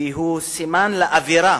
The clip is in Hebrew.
והיא סימן לאווירה,